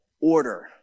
order